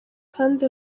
kandi